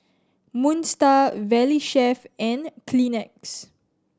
Moon Star Valley Chef and Kleenex